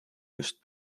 just